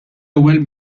ewwel